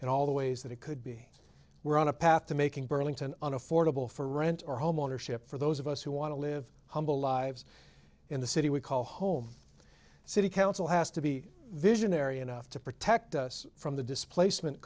and all the ways that it could be we're on a path to making burlington an affordable for rent or home ownership for those of us who want to live humble lives in the city we call home city council has to be visionary enough to protect us from the displacement